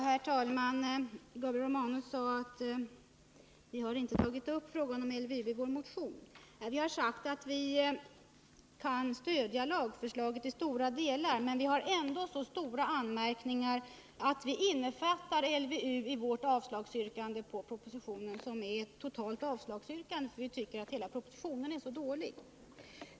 Herr talman! Gabriel Romanus sade att vi inte tagit upp frågan om LVU i vår motion. Vi har sagt att vi kan stödja lagförslaget i stora delar, men vi har ändå så stora anmärkningar att vi innefattar LVU i vårt yrkande om avslag på propositionen — vi tycker att hela propositionen är dålig.